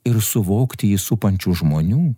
ir suvokti jį supančių žmonių